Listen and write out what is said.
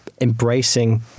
embracing